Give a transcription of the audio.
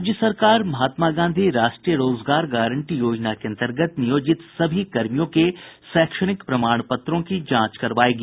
राज्य सरकार महात्मा गांधी राष्ट्रीय रोजगार गारंटी योजना के अन्तर्गत नियोजित सभी कर्मियों के शैक्षणिक प्रमाण पत्रों की जांच करवायेगी